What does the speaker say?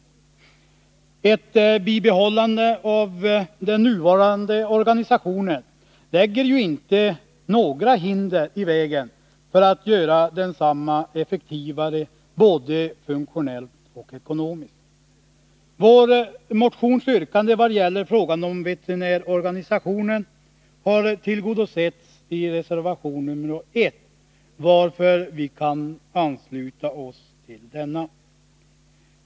Ett bibehållande av den nuvarande organisationen lägger ju inte några hinder i vägen för att göra densamma effektivare både funktionellt och ekonomiskt. Vårt motionsyrkande vad gäller frågan om veterinärorganisationen har tillgodosetts i reservation nr 1, varför vi kan ansluta oss till denna.